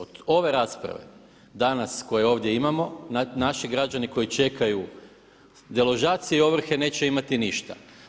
Od ove rasprave danas koju ovdje imamo naši građani koji čekaju deložaciju ovrhe neće imati ništa.